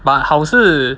but 好是